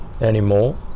anymore